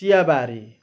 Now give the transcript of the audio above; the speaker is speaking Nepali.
चिया बारी